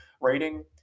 rating